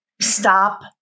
Stop